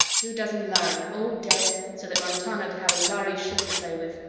two dozen lhari, all dead so that montano could have a lhari ship to play with.